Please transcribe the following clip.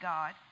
God